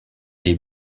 les